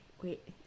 wait